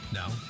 now